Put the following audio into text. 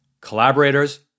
collaborators